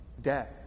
death